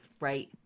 Right